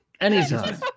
anytime